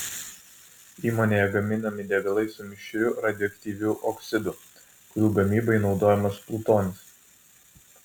įmonėje gaminami degalai su mišriu radioaktyviu oksidu kurių gamybai naudojamas plutonis